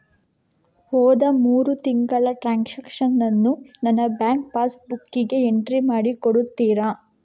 ಹೋದ ಮೂರು ತಿಂಗಳ ಟ್ರಾನ್ಸಾಕ್ಷನನ್ನು ನನ್ನ ಬ್ಯಾಂಕ್ ಪಾಸ್ ಬುಕ್ಕಿಗೆ ಎಂಟ್ರಿ ಮಾಡಿ ಕೊಡುತ್ತೀರಾ?